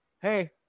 Hey